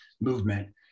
movement